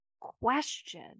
question